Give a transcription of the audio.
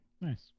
Nice